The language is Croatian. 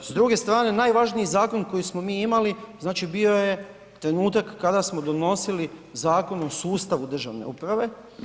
S druge strane najvažniji zakon koji smo mi imali bio je trenutak kada smo donosili Zakon o sustavu državne uprave.